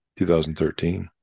2013